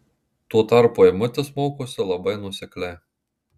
tuo tarpu eimutis mokosi labai nuosekliai